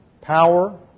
power